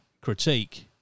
critique